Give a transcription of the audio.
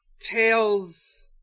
Tails